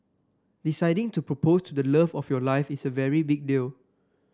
deciding to propose to the love of your life is a very big deal